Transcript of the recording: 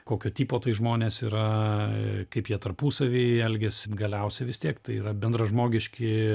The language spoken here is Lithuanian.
kokio tipo tai žmonės yra kaip jie tarpusavy elgiasi galiausiai vis tiek tai yra bendražmogiški